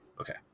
Okay